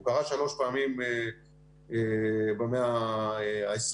הוא קרה שלוש פעמים במאה ה-20,